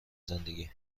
زندگی